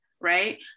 right